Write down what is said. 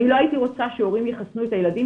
אני לא הייתי רוצה שהורים יחסנו את הילדים